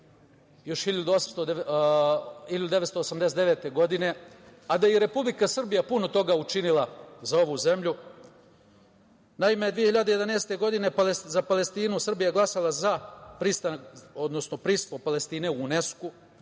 još 1989. godine, a da je i Republika Srbija puno toga učinila za ovu zemlju. Naime, 2011. godine za Palestinu Srbija je glasala za prisustvo Palestine u UNESKO.